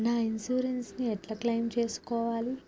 నా ఇన్సూరెన్స్ ని ఎట్ల క్లెయిమ్ చేస్కోవాలి?